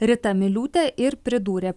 rita miliūtė ir pridūrė